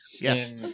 yes